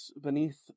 beneath